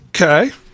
Okay